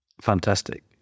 Fantastic